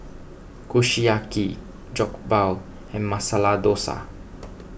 Kushiyaki Jokbal and Masala Dosa